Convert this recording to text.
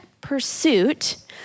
pursuit